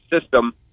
system